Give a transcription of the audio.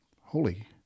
holy